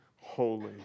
holy